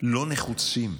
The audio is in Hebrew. לא נחוצים,